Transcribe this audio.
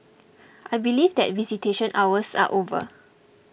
I believe that visitation hours are over